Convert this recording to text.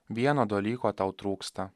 vieno dalyko tau trūksta